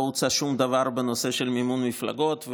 לא הוצע שום דבר בנושא של מימון מפלגות,